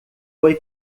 foi